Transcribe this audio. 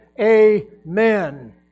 Amen